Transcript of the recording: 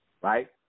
right